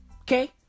Okay